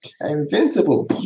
Invincible